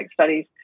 studies